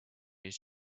his